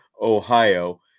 Ohio